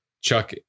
Chuck